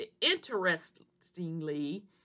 Interestingly